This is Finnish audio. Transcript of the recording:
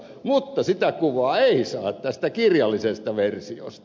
mutta sitä kuvaa ei saa tästä kirjallisesta versiosta